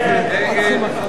שיקום מפרץ